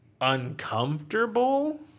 uncomfortable